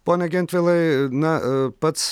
pone gentvilai na pats